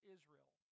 Israel